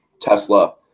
Tesla